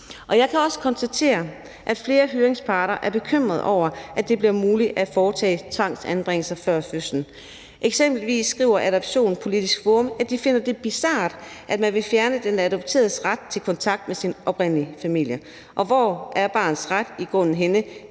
Jeg kan også konstatere, at flere høringsparter er bekymrede over, at det bliver muligt at foretage tvangsanbringelser før fødslen. Eksempelvis skriver Adoptionspolitisk Forum, at de finder det bizart, at man vil fjerne den adopteredes ret til kontakt med sin oprindelige familie, og hvor er barnets ret så i grunden henne